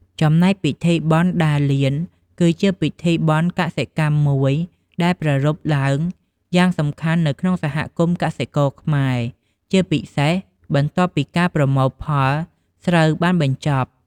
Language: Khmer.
ចំណែកពិធីបុណ្យដារលាន គឺជាពិធីបុណ្យកសិកម្មមួយដែលប្រារព្ធឡើងយ៉ាងសំខាន់នៅក្នុងសហគមន៍កសិករខ្មែរ ជាពិសេស បន្ទាប់ពីការប្រមូលផលស្រូវបានបញ្ចប់។